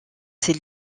ses